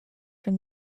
from